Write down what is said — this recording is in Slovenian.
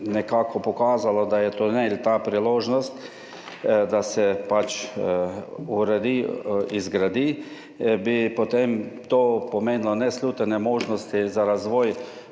nekako pokazalo, da je tunel ta priložnost, da se uredi, izgradi, bi potem to pomenilo neslutene možnosti za razvoj